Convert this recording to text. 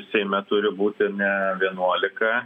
seime turi būti ne vienuolika